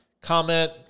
comment